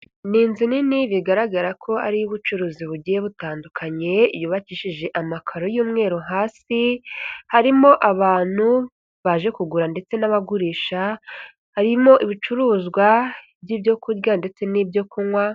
Ni inzu nini bigaragara ko ari iy'ubucuruzi bugiye butandukanye yubakishije amakaro y'umweru hasi, harimo abantu baje kugura ndetse n'abagurisha harimo ibicuruzwa by'ibyo kurya ndetse n'ibyo kunywa.